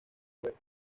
juego